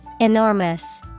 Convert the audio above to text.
Enormous